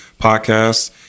Podcasts